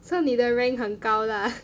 so 你的 rank 很高 lah